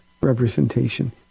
representation